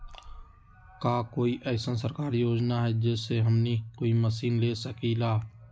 का कोई अइसन सरकारी योजना है जै से हमनी कोई मशीन ले सकीं ला?